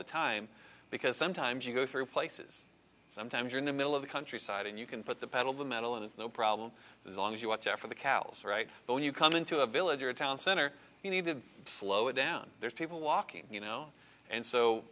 the time because sometimes you go through places sometimes in the middle of the countryside and you can put the pedal the metal and it's no problem as long as you watch out for the cows right but when you come into a village or a town center you need to slow down there's people walking you know and so